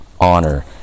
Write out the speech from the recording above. honor